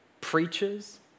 preachers